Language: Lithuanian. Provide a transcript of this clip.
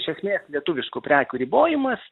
iš esmės lietuviškų prekių ribojimas